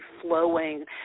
flowing